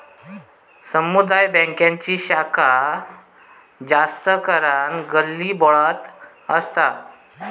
समुदाय बॅन्कांची शाखा जास्त करान गल्लीबोळ्यात असता